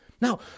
Now